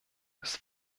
des